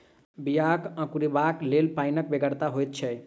बियाक अंकुरयबाक लेल पाइनक बेगरता होइत छै